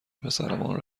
پسرمان